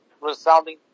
resounding